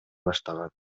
баштаган